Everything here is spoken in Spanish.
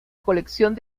colección